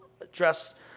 address